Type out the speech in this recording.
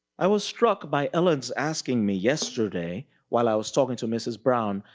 i was stuck by ellen's asking me yesterday while i was talking to mrs. brown,